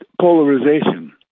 polarization